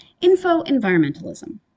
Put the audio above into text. Info-environmentalism